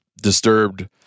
disturbed